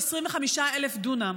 25,000 דונם.